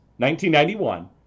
1991